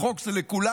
חוק זה לכולם.